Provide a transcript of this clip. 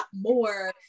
more